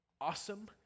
awesome